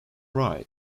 ride